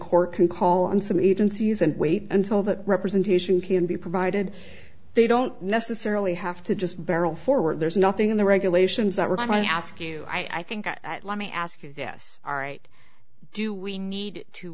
court can call in some agencies and wait until that representation paean be provided they don't necessarily have to just barrel forward there's nothing in the regulations that we're going to ask you i think i let me ask you this all right do we need to